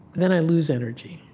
then i lose energy.